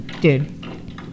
Dude